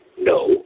No